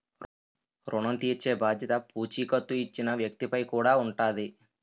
ఋణం తీర్చేబాధ్యత పూచీకత్తు ఇచ్చిన వ్యక్తి పై కూడా ఉంటాది